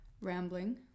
rambling